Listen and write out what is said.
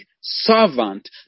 servant